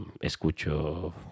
escucho